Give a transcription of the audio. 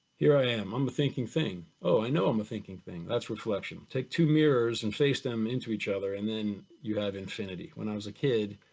here i am, i'm a thinking thing, oh, i know i'm a thinking thing, that's reflection. take two mirrors and face them into each other and then you have infinity. when i was a kid,